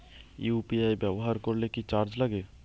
UPI ব্যবহার করলে কি চার্জ লাগে?